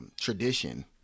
tradition